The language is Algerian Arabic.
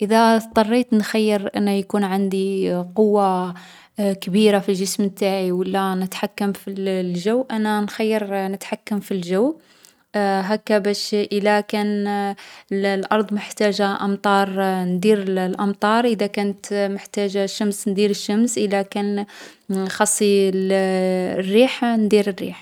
إذا اضطريت نخيّر أنه يكون عندي قوة كبيرة في الجسم نتاعي و لا نتحكم في الـ الجو، أنا نخيّر نتحكم في الجو. هاكا باش إلا كانت الأرض محتاجة أمطار ندير الأمطار، إذا كانت محتاجة الشمس ندير الشمس، و إلا كان خص الريح ندير الريح.